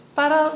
para